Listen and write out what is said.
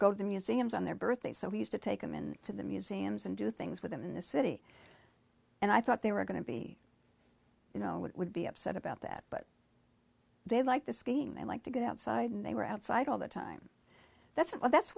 go to the museums on their birthday so we used to take them in for the museums and do things with them in the city and i thought they were going to be you know it would be upset about that but they like the skiing they like to get outside and they were outside all the time that's well that's